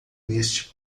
neste